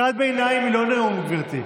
קריאת ביניים היא לא נאום, גברתי.